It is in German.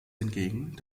hingegen